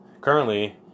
Currently